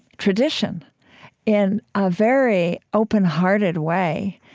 tradition in a very open-hearted way,